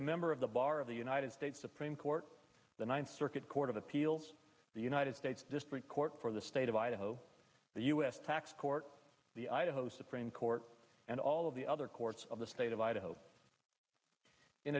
a member of the bar of the united states supreme court the ninth circuit court of appeals the united states district court for the state of idaho the u s tax court the idaho supreme court and all of the other courts of the state of idaho in